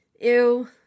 ew